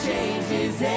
Changes